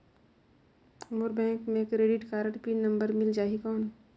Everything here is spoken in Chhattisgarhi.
मोर बैंक मे क्रेडिट कारड पिन नंबर मिल जाहि कौन?